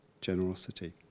generosity